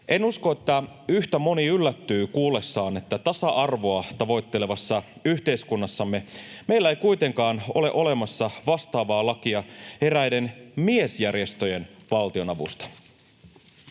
En usko, että yhtä moni yllättyy kuullessaan, että tasa-arvoa tavoittelevassa yhteiskunnassamme meillä ei kuitenkaan ole olemassa vastaavaa lakia eräiden miesjärjestöjen valtionavusta.